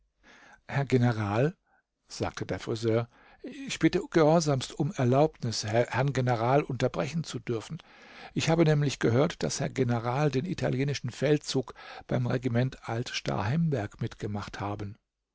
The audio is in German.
herr general sagte der friseur ich bitte gehorsamst um die erlaubnis herrn general unterbrechen zu dürfen ich habe nämlich gehört daß herr general den italienischen feldzug beim regiment alt starhemberg mitgemacht haben